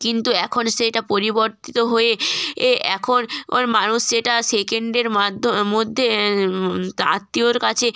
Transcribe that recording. কিন্তু এখন সেইটা পরিবর্তিত হয়ে এ এখন মানুষ সেটা সেকেন্ডের মাধ্য মধ্যে তার আত্মীয়র কাছে